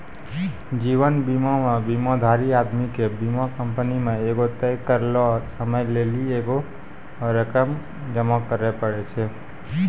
जीवन बीमा मे बीमाधारी आदमी के बीमा कंपनी मे एगो तय करलो समय लेली एगो रकम जमा करे पड़ै छै